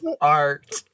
art